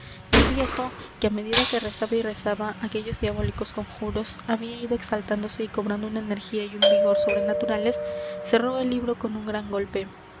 el viejo que á medida que rezaba y rezaba aquellos diabólicos conjuros había ido exaltándose y cobrando una energía y un vigor sobrenaturales cerró el libro con un gran golpe